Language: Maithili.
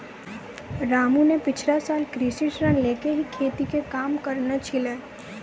रामू न पिछला साल कृषि ऋण लैकॅ ही खेती के काम करनॅ छेलै